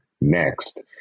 next